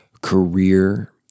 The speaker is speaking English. career